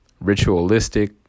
ritualistic